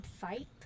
fight